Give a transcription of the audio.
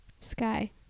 Sky